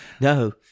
No